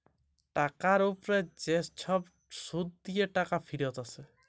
টাকার উপ্রে যে ছব সুদ দিঁয়ে টাকা ফিরত আসে